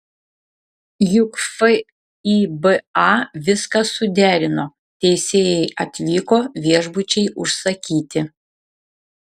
juk fiba viską suderino teisėjai atvyko viešbučiai užsakyti